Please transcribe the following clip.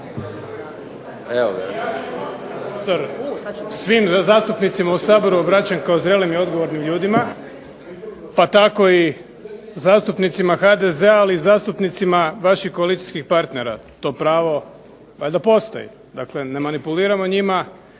svim zastupnicima u Saboru obraćam kao zrelim i odgovornim ljudima pa tako i zastupnicima HDZ-a, ali i zastupnicima vaših koalicijskih partnera. To pravo valjda postoji, dakle ne manipuliramo njima,